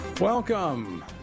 Welcome